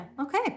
okay